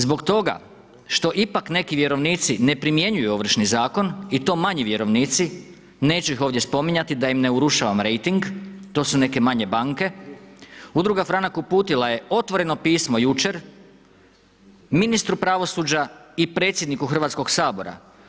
Zbog toga što ipak neki vjerovnici ne primjenjuju Ovršni zakon, i to manji vjerovnici, neću ih ovdje spominjati da im ne urušavam rejting, to su neke manje banke, udruga Franak uputila je otvoreno pismo jučer ministru pravosuđa i predsjedniku Hrvatskog sabora.